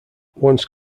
once